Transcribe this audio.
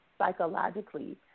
psychologically